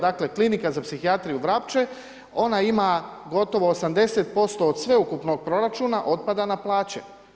Dakle, klinika za psihijatriju Vrapče, ona ima gotovo 80% od sveukupnog proračuna otpada na plaće.